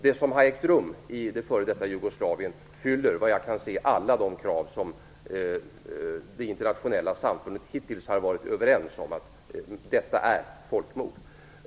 Det som har ägt rum i det f.d. Jugoslavien uppfyller vad jag kan se alla de krav som det internationella samfundet hittills har varit överens om i definitionen av ett folkmord.